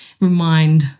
remind